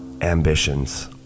ambitions